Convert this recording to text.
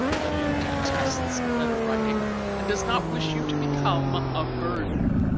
he detests letter-writing and does not wish you to become a burden.